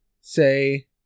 say